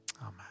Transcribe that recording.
amen